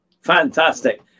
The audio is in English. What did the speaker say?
Fantastic